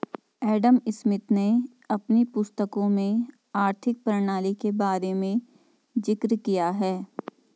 Adam Smith ने अपनी पुस्तकों में आर्थिक प्रणाली के बारे में जिक्र किया है